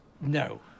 no